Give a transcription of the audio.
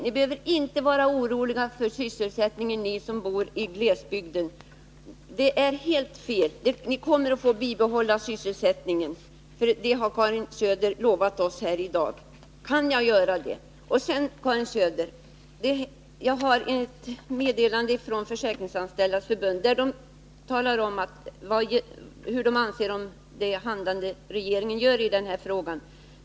Ni behöver inte vara oroliga för sysselsättningen, ni som bor i glesbygden. Kan jag säga till dem: Ni kommer att få bibehålla sysselsättningen; det har Karin Söder lovat oss i dag? Sedan har jag ett meddelande till Karin Söder från Försäkringsanställdas förbund, vari de försäkringskasseanställda talar om vad de anser om regeringens handlande i den här frågan.